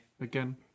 Again